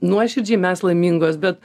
nuoširdžiai mes laimingos bet